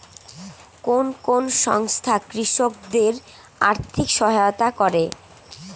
কোন কোন সংস্থা কৃষকদের আর্থিক সহায়তা করে?